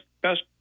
best